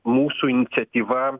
mūsų iniciatyva